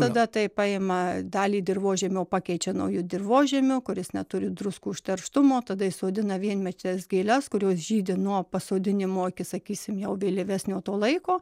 tada taip paima dalį dirvožemio pakeičia nauju dirvožemiu kuris neturi druskų užterštumo tada įsodina vienmetes gėles kurios žydi nuo pasodinimo iki sakysim jau vėlyvesnio to laiko